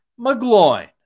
McGloin